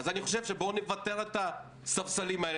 אז בואו נוותר על הספסלים האלה.